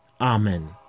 Amen